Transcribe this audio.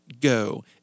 go